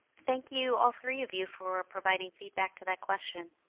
thank you all three of you for providing feedback to that question.